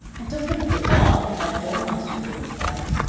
and don't forget the dog and that dormouse we couldn't find,